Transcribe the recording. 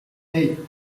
hey